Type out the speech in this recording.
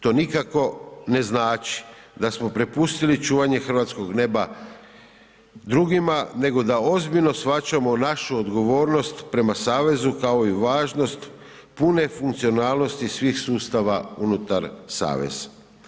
To nikako ne znači da smo prepustili čuvanje hrvatskog neba drugima nego da ozbiljno shvaćamo našu odgovornost prema savezu kao i važnost pune funkcionalnosti svih sustava unutar saveza.